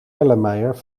erlenmeyer